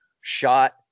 shot